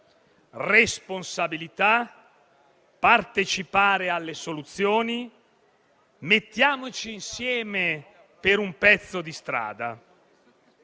responsabilità; partecipare alle soluzioni; mettiamoci insieme per fare un pezzo di strada.